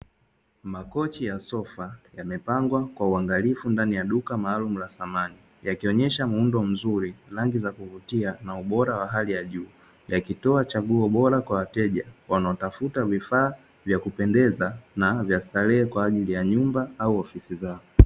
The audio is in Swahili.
Makochi ya sofa yamepangwa kwa uangalifu ndani ya duka maalumu la samani, yakionyesha muundo mzuri, rangi za kuvutia na ubora wa hali ya juu, yakitoa chaguo bora kwa wateja wanaotafuta vifaa vya kupendeza na vya starehe kwa ajili ya nyumba au ofisi zao.